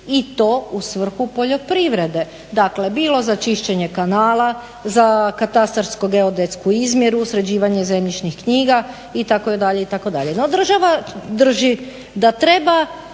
i to u svrhu poljoprivrede. Dakle, bilo za čišćenje kanala, za katastarsko-geodetsku izmjeru, sređivanje zemljišnih knjiga itd., itd.